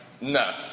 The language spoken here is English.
no